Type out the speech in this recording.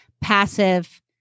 passive